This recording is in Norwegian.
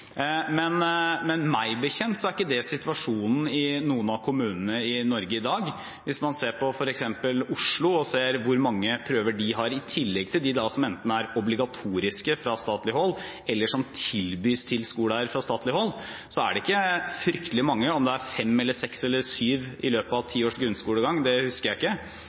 Men meg bekjent er ikke det situasjonen i noen av kommunene i Norge i dag. Hvis man ser på f.eks. Oslo og hvor mange prøver de har i tillegg til dem som enten er obligatoriske fra statlig hold eller som tilbys til skoleeier fra statlig hold, er det ikke fryktelig mange. Om det er fem, seks eller syv i løpet av ti års grunnskolegang, husker jeg ikke,